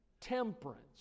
temperance